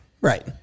Right